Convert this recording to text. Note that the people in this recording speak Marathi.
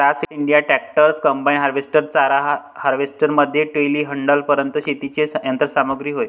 class India tractors, combine harvester, चारा हार्वेस्टर मध्ये टेलीहँडलरपर्यंत शेतीची यंत्र सामग्री होय